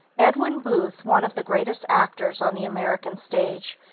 edwin booth, one of the greatest actors on the american stage,